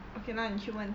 okay lah 你去问